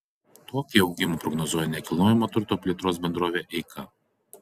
tokį augimą prognozuoja nekilnojamojo turto plėtros bendrovė eika